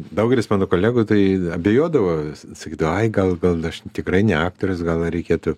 daugelis mano kolegų tai abejodavo sakydavo ai gal gal aš tikrai ne aktorius gal reikėtų